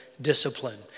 discipline